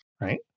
right